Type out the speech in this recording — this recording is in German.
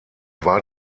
war